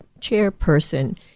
chairperson